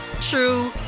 true